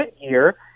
year